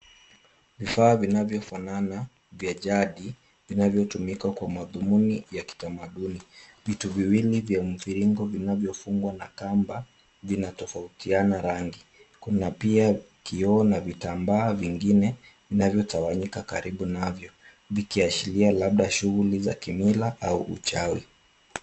Vifaa vinavyofanana vya jadi, vinavyotumika kwa madhumuni ya kitamaduni. Vitu viwili vya mviringo vinavyofungwa na kamba vinatofautiana rangi. Kuna pia kioo na vitambaa vingine vinavyotawanyika karibu navyo vikiashiria labda shughuli za kimila au uchawi.